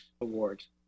awards